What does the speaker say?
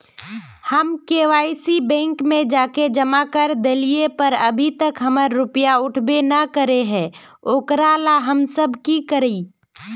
हम KYC bank में जाके जमा कर देलिए पर अभी तक हमर रुपया उठबे न करे है ओकरा ला हम अब की करिए?